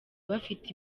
bafite